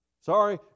Sorry